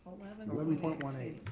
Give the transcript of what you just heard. eleven point one eight.